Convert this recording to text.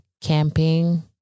Camping